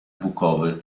bukowy